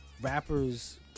rappers